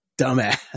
Dumbass